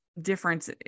difference